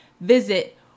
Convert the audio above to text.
visit